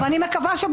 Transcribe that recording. זה מה שקורה היום.